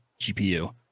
GPU